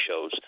shows